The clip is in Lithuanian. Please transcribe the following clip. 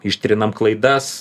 ištrinam klaidas